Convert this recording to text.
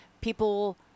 people